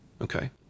Okay